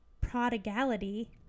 prodigality